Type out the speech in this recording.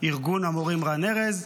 ארגון המורים רן ארז,